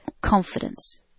confidence